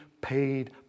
paid